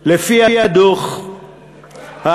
לפי הדוח,